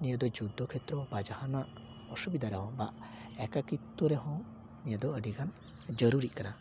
ᱱᱤᱭᱟᱹ ᱫᱚ ᱡᱩᱫᱽᱫᱷᱚ ᱠᱷᱮᱛᱨᱚ ᱵᱟ ᱡᱟᱦᱟᱱᱟᱜ ᱚᱥᱩᱵᱤᱫᱟ ᱨᱮᱦᱚᱸ ᱚᱱᱟ ᱮᱠᱟᱠᱤᱛᱛᱚ ᱨᱮᱦᱚᱸ ᱱᱤᱭᱟᱹ ᱫᱚ ᱟᱹᱰᱤᱜᱟᱱ ᱡᱟ ᱨᱩᱨᱤᱜ ᱠᱟᱱᱟ